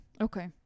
Okay